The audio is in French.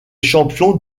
champion